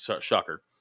shocker